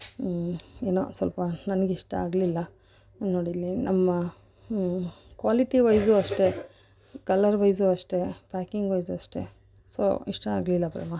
ಹ್ಞೂ ಏನೋ ಸ್ವಲ್ಪ ನನಗೆ ಇಷ್ಟ ಆಗಲಿಲ್ಲ ನೋಡಿಲ್ಲಿ ನಮ್ಮ ಹ್ಞೂ ಕ್ವಾಲಿಟಿ ವೈಸು ಅಷ್ಟೇ ಕಲ್ಲರ್ ವೈಸು ಅಷ್ಟೇ ಪ್ಯಾಕಿಂಗ್ ವೈಸು ಅಷ್ಟೇ ಸೊ ಇಷ್ಟ ಆಗಲಿಲ್ಲ ಪ್ರೇಮ